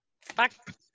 Fuck